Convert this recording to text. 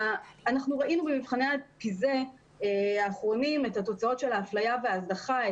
ראינו במבחני פיזה האחרונים את התוצאות של האפליה וההזנחה,